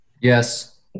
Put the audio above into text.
Yes